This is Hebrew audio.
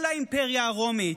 כל האימפריה הרומית,